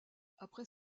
après